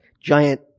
giant